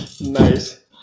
nice